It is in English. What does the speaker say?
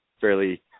fairly